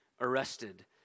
arrested